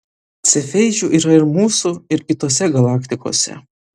cefeidžių yra ir mūsų ir kitose galaktikose